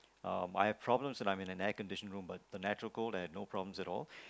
um I have problems when I'm in an air conditioned room but the natural cold I had no problems at all